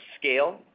scale